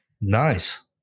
Nice